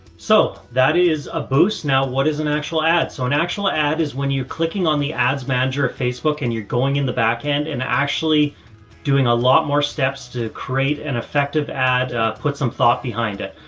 so that is a boost. now, what is an actual ad? so an actual ad is when you clicking on the ads manager facebook and you're going in the backend and actually doing a lot more steps to create an effective ad, put some thought behind it.